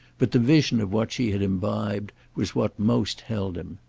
but the vision of what she had imbibed was what most held him.